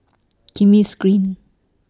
Kismis Green